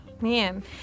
Man